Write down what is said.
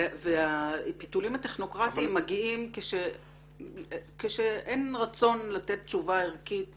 טכנוקרטיות והפיתולים הטכנוקרטיים מגיעים כשאין רצון לתת תשובה ערכית